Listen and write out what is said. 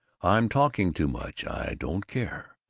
i'm talking too much. i don't care.